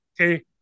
Okay